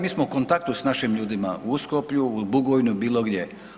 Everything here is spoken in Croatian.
Mi smo u kontaktu s našim ljudima u Uskoplju, u Bugojnu, bilo gdje.